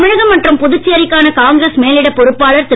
தமிழகம் மற்றும் புதுச்சேரிக்கான காங்கிரஸ் மேலிடப் பொறுப்பாளர் திரு